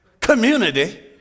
community